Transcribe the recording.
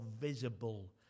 visible